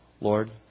Lord